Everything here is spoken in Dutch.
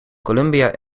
columbia